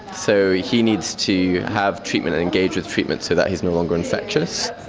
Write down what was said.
so he needs to have treatment, engage with treatment so that he is no longer infectious.